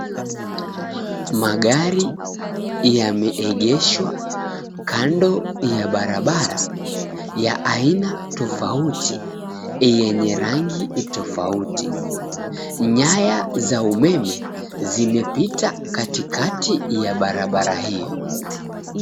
Magari yameegeshwa kando ya barabara ya aina tofauti yenye rangi tofauti. Nyaya za umeme zimepita katikati ya barabara hio.